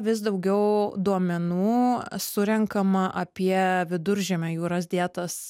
vis daugiau duomenų surenkama apie viduržemio jūros dietos